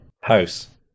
house